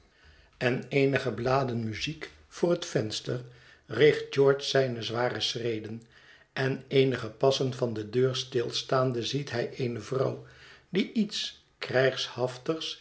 en eenige bladen muziek voor het venster richt george zijne zware schreden en eenige passen van de deur stilstaande ziet hij eene vrouw die iets